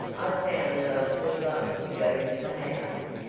i found that i still loved to go to the house.